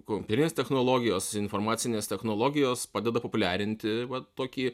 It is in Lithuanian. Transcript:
kompiuterinės technologijos informacinės technologijos padeda populiarinti vat tokį